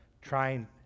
trying